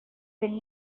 been